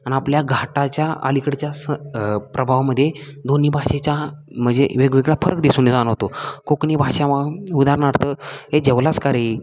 आणि आपल्या घाटाच्या अलीकडच्या स प्रभावामध्ये दोन्ही भाषेच्या म्हणजे वेगवेगळा फरक दिसून ये जाणवतो कोकणी भाषा उदाहरणार्थ ए जेवलास कारे